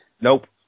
Nope